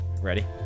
ready